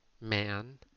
man